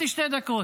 אתה תקבל.